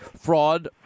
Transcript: fraud